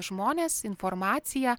žmonės informaciją